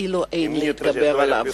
שכאילו אין להתגבר עליו,